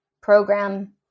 program